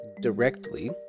directly